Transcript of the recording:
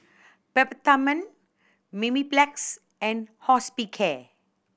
Peptamen Mepilex and Hospicare